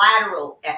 lateral